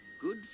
good